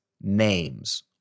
names